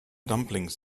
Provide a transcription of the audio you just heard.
dumplings